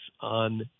on